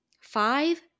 Five